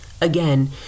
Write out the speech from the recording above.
Again